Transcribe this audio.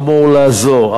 אמור לעזור,